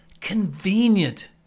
convenient